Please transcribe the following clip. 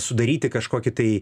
sudaryti kažkokį tai